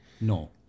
No